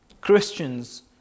Christians